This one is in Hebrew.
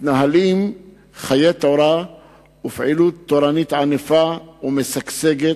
מתנהלים חיי תורה ופעילות תורנית ענפה ומשגשגת,